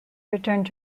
returned